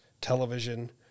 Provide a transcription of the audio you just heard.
television